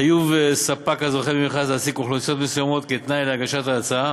חיוב ספק הזוכה במכרז להעסיק אוכלוסיות מסוימות כתנאי להגשת הצעה